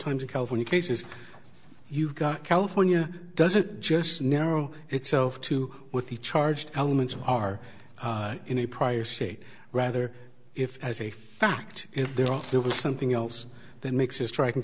times in california cases you've got california does it just narrow itself to what the charged elements are in a prior state rather if as a fact if there are there was something else that makes a strike in